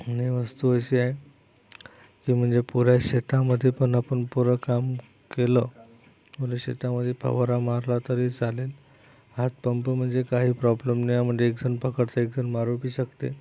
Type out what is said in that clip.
आणि ही वस्तू अशी आहे की म्हणजे पुऱ्या शेतामध्ये पण आपन पुरं काम केलं पुऱ्या शेतामध्ये फवारा मारला तरी चालेल हातपंप म्हणजे काही प्रॉब्लेम नाही म्हणजे एक स्वैंपाक करते एकजण मारू बी शकते